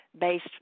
based